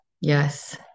Yes